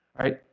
right